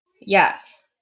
yes